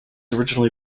originally